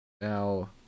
Now